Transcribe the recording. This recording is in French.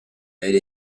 elle